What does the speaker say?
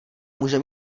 může